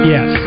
Yes